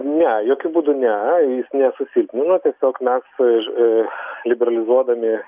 ne jokiu būdu ne jis nesusilpnino tiesiog mes iš liberalizuodami